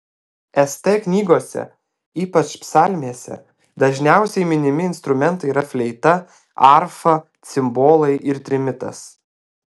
st knygose ypač psalmėse dažniausiai minimi instrumentai yra fleita arfa cimbolai ir trimitas